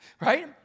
right